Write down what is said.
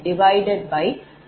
878820